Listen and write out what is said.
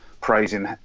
praising